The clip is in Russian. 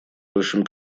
большим